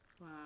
Wow